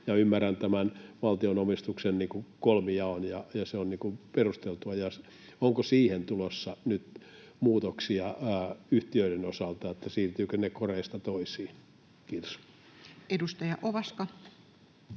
Ymmärrän tämän valtion omistuksen kolmijaon, ja se on perusteltua. Onko siihen tulossa nyt muutoksia yhtiöiden osalta, ja siirtyvätkö ne koreista toisiin? — Kiitos. [Speech 633]